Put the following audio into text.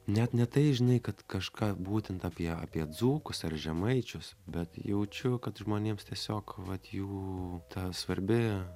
net ne tai žinai kad kažką būtent apie apie dzūkus ar žemaičius bet jaučiu kad žmonėms tiesiog vat jų ta svarbi